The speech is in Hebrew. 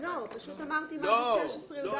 לא, פשוט אמרתי מה זה 16(יא).